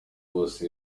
bose